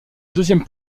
deuxième